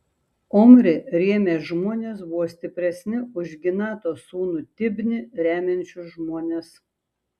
omrį rėmę žmonės buvo stipresni už ginato sūnų tibnį remiančius žmones